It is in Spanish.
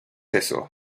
eso